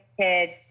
kids